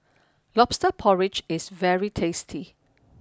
Lobster Porridge is very tasty